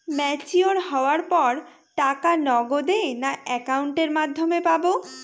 Mature হওয়ার পর টাকা নগদে না অ্যাকাউন্টের মাধ্যমে পাবো?